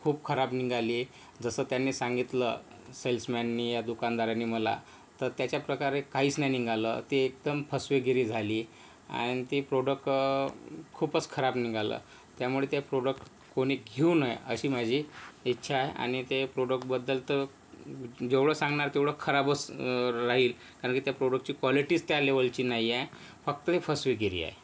खूप खराब निघाली जसं त्यांनी सांगितलं सेल्समॅननी या दुकानदारांनी मला तर त्याच्या प्रकारे काहीच नाही निघालं ती एकदम फसवेगिरी झाली आणि ते प्रॉडक्ट खूपच खराब निघालं त्यामुळे त्या प्रॉडक्ट कोणी घेऊ नये अशी माझी इच्छा आहे आणि ते प्रॉडक्टबद्दल तर जेवढं सांगणार तेवढं खराबस र राहील कारण की त्या प्रॉडक्टची क्वालिटीच त्या लेवलची नाही आहे फक्त ते फसवेगिरी आहे